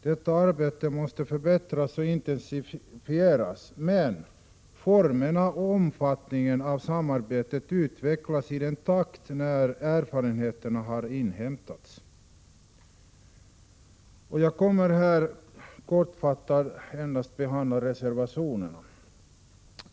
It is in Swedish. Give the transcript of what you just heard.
Detta arbete måste förbättras och intensifieras, men formerna för och omfattningen av samarbetet får utvecklas i den takt som erfarenheter inhämtas. Jag skall kortfattat kommentera reservationerna.